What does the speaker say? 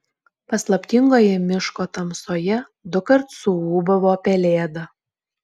paslaptingoje miško tamsoje dukart suūbavo pelėda